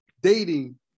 dating